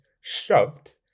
shoved